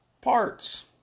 parts